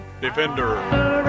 defender